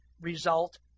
result